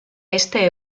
este